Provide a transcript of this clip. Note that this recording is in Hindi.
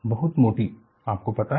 बहुत मोटी आपको पता है